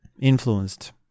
influenced